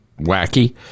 wacky